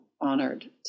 honored